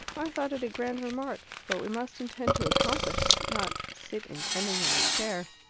i thought it a grand remark. but we must intend to accomplish not sit intending on a chair.